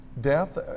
death